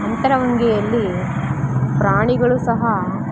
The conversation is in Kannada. ಅಂತರಗಂಗೆಯಲ್ಲಿ ಪ್ರಾಣಿಗಳೂ ಸಹ